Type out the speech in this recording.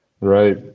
right